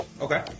Okay